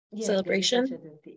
Celebration